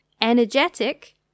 energetic